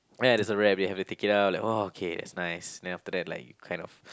ya there's a wrap you have to take it out like oh okay that's nice then after that like you kind of